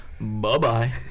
Bye-bye